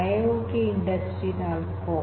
IIoT industry ೪